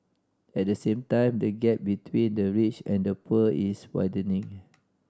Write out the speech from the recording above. at the same time the gap between the rich and the poor is widening